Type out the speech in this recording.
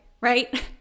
right